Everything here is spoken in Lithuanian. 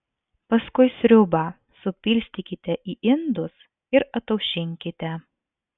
paskui sriubą supilstykite į indus ir ataušinkite